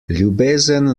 ljubezen